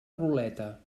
ruleta